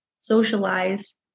socialize